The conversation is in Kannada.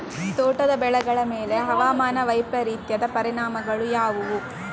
ತೋಟದ ಬೆಳೆಗಳ ಮೇಲೆ ಹವಾಮಾನ ವೈಪರೀತ್ಯದ ಪರಿಣಾಮಗಳು ಯಾವುವು?